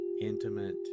intimate